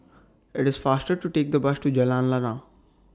IT IS faster to Take The Bus to Jalan Lana